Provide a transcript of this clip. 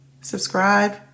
Subscribe